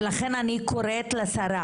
ולכן, אני קוראת לשרה